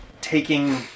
taking